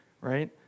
right